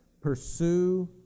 pursue